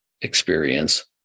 experience